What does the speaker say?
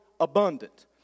abundant